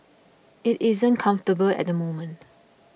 it isn't comfortable at the moment